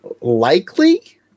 likely